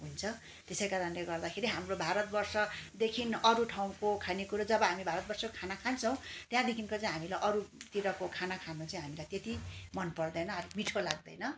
हुन्छ त्यसै कारणले गर्दाखेरि हाम्रो भारतवर्षदेखि अरू ठाउँको खानेकुरो जब हामी भारतवर्षको खाना खान्छौँ त्यहाँदेखिको चैँ हामीलाई अरूतिरको खाना खानु चाहिँ हामीलाई त्यति मन पर्दैन अलिक मिठो लाग्दैन